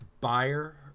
buyer